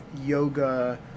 yoga